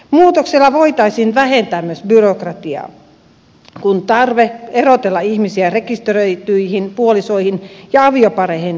muutoksella voitaisiin vähentää myös byrokratiaa kun tarve erotella ihmisiä rekisteröityihin puolisoihin ja aviopareihin poistuisi